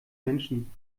menschen